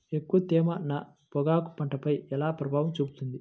ఎక్కువ తేమ నా పొగాకు పంటపై ఎలా ప్రభావం చూపుతుంది?